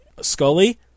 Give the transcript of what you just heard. Scully